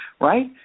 Right